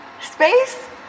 space